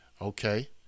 Okay